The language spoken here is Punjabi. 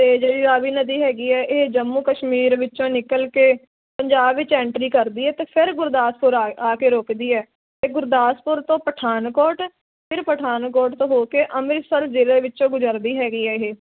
ਅਤੇ ਜਿਹੜੀ ਰਾਵੀ ਨਦੀ ਹੈਗੀ ਹੈ ਇਹ ਜੰਮੂ ਕਸ਼ਮੀਰ ਵਿੱਚੋਂ ਨਿਕਲ ਕੇ ਪੰਜਾਬ ਵਿੱਚ ਐਂਟਰੀ ਕਰਦੀ ਹੈ ਅਤੇ ਫਿਰ ਗੁਰਦਾਸਪੁਰ ਆ ਆ ਕੇ ਰੁਕਦੀ ਹੈ ਅਤੇ ਗੁਰਦਾਸਪੁਰ ਤੋਂ ਪਠਾਨਕੋਟ ਫਿਰ ਪਠਾਨਕੋਟ ਤੋਂ ਹੋ ਕੇ ਅੰਮ੍ਰਿਤਸਰ ਜ਼ਿਲ੍ਹੇ ਵਿੱਚੋਂ ਗੁਜਰਦੀ ਹੈਗੀ ਹੈ ਇਹ